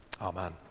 Amen